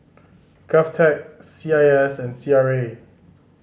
GovTech C I S and C R A